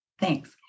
Thanks